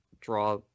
draw